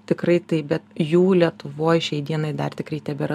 tikrai taip bet jų lietuvoj šiai dienai dar tikrai tebėra